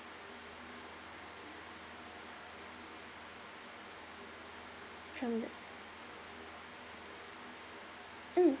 mm